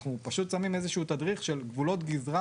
אנחנו פשוט שמים איזשהו תדריך של גבולות גזרה